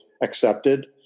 accepted